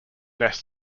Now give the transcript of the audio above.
nest